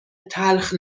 تلخ